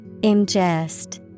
Ingest